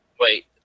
Wait